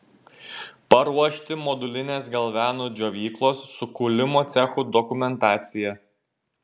paruošti modulinės galvenų džiovyklos su kūlimo cechu dokumentaciją